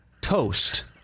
toast